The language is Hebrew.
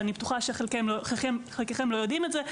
ואני בטוחה שחלקכם לא יודעים את זה,